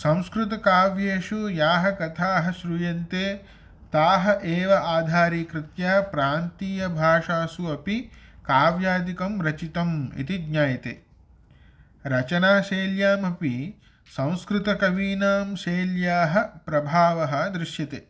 संस्कृतकाव्येषु याः कथाः श्रूयन्ते ताः एव आधारीकृत्य प्रान्तीयभाषासु अपि काव्यादिकं रचितम् इति ज्ञायते रचनाशैल्यामपि संस्कृतकवीनां शैल्याः प्रभावः दृश्यते